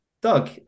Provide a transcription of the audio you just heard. Doug